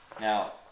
Now